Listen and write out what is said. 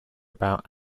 about